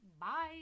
Bye